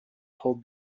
pulled